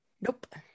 nope